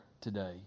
today